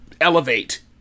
elevate